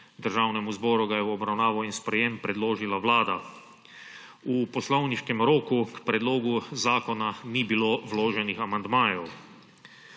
Državnemu zboru ga je v obravnavo in sprejem predložila Vlada. V poslovniškem roku k predlogu zakona ni bilo vloženih amandmajev.